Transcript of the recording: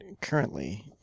currently